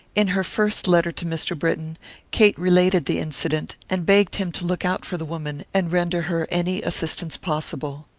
in her first letter to mr. britton kate related the incident, and begged him to look out for the woman and render her any assistance possible.